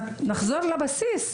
נחזור לבסיס,